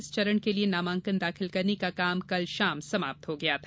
इस चरण के लिए नामांकन दाखिल करने का काम कल शाम समाप्त हो गया था